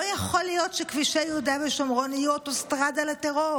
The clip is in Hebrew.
לא יכול להיות שכבישי יהודה ושומרון יהיו אוטוסטרדה לטרור.